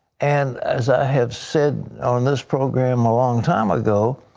and as i have said on this program a long time ago,